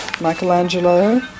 Michelangelo